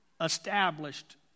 Established